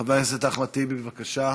חבר הכנסת אחמד טיבי, בבקשה.